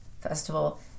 Festival